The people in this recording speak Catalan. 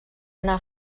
anar